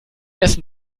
ersten